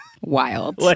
Wild